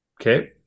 Okay